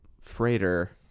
freighter